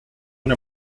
una